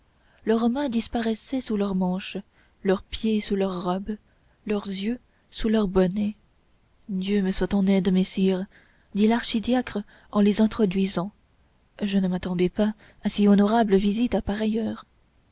leurs mains disparaissaient sous leurs manches leurs pieds sous leurs robes leurs yeux sous leurs bonnets dieu me soit en aide messires dit l'archidiacre en les introduisant je ne m'attendais pas à si honorable visite à